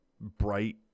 bright